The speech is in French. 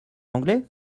anglais